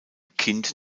kind